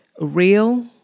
real